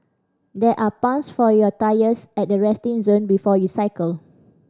there are pumps for your tyres at the resting zone before you cycle